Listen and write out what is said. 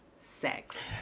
sex